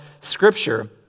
scripture